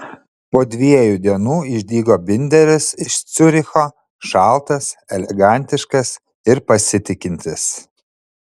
po dviejų dienų išdygo binderis iš ciuricho šaltas elegantiškas ir pasitikintis